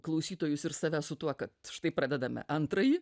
klausytojus ir save su tuo kad štai pradedame antrąjį